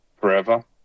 forever